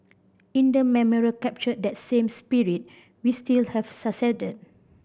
in the memorial captured that same spirit we still have succeeded